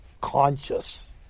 conscious